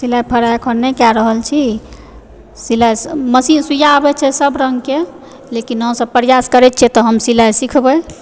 सिलाइ फराइ अखन नहि कऽ रहल छी सिलाइ मशीन सुइया अबैत छै सभ रंगकऽ लेकिन हमसभ प्रयास करैत छियै तऽ हम सिलाइ सिखबै